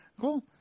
Cool